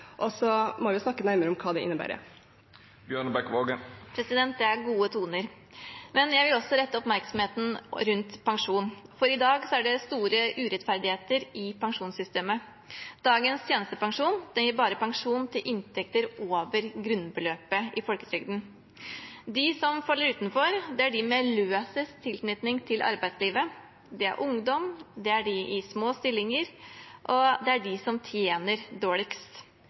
enkelte. Så må vi snakke nærmere om hva det innebærer. Det er gode toner. Men jeg vil også rette oppmerksomheten mot pensjon, for i dag er det store urettferdigheter i pensjonssystemet. Dagens tjenestepensjon gir bare pensjon ved inntekt over grunnbeløpet i folketrygden. De som faller utenfor, er de med løsest tilknytning til arbeidslivet. Det er ungdom, det er de i små stillinger, og det er de som tjener dårligst.